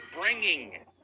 bringing